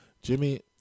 Jimmy